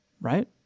right